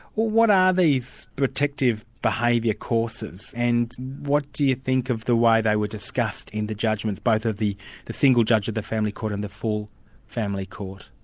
what are these protective behaviour courses, and what do you think of the way they were discussed in the judgments, both of the the single judge of the family court and the full family court?